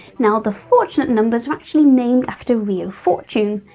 now the fortunate numbers are actually named after reo fortune.